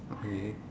okay